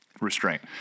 restraint